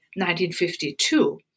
1952